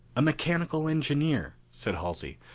a mechanical engineer, said halsey.